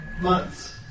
months